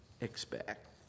expect